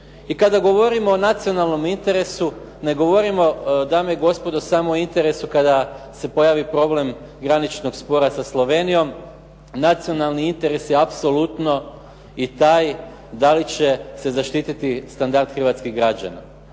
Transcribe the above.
I kada govorimo o nacionalnom interesu, ne govorimo dame i gospodo samo o interesu kada se pojavi problem graničnog spora sa Slovenijom, nacionalni interes je apsolutno i taj da li će se zaštititi standard hrvatskih građana.